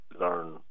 learn